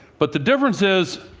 but the difference is,